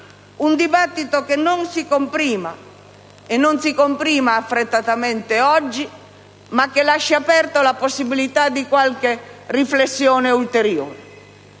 un dibattito che non si comprima affrettatamente oggi ma che lasci aperta la possibilità di qualche riflessione ulteriore.